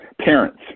Parents